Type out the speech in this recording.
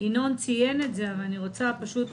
ינון אזולאי ציין את זה אבל אני רוצה לחדד.